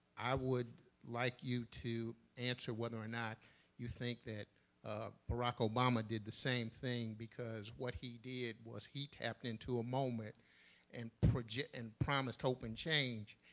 i would like you to answer whether or not you think that barack obama did the same thing, because what he did was he tapped into a moment and and promised hope and change.